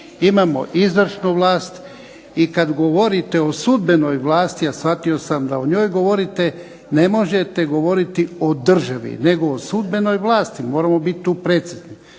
imamo izvršnu vlast i kad govorite o sudbenoj vlasti, a shvatio sam da o njoj govorite, ne možete govoriti o državi, nego o sudbenoj vlasti, moramo biti tu precizni.